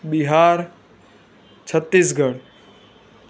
Bihar Chhattisgarh